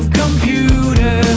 computer